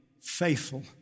faithful